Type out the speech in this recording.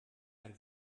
ein